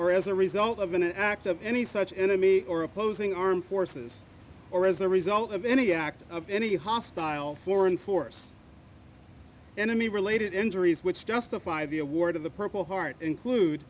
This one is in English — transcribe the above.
or as a result of an act of any such enemy or opposing armed forces or as the result of any act of any hostile foreign force enemy related injuries which justify the award of the purple heart include